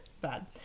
Bad